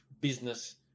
business